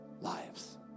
lives